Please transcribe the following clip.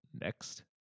next